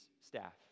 staff